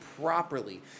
properly